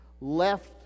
left